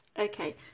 Okay